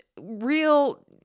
real